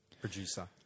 producer